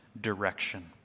direction